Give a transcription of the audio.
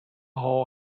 hall